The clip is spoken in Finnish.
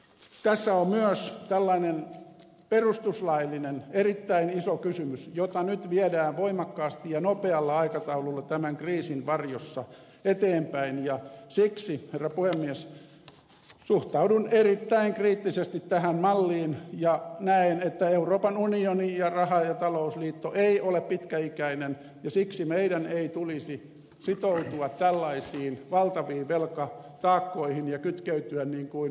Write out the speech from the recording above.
eli tässä on myös tällainen perustuslaillinen erittäin iso kysymys jota nyt viedään voimakkaasti ja nopealla aikataululla tämän kriisin varjossa eteenpäin ja siksi herra puhemies suhtaudun erittäin kriittisesti tähän malliin ja näen että euroopan unioni ja raha ja talousliitto eivät ole pitkäikäisiä ja siksi meidän ei tulisi sitoutua tällaisiin valtaviin velkataakkoihin ja kytkeytyä niin kuin ed